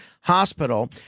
hospital